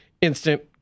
instant